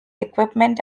equipment